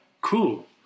Cool